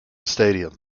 stadium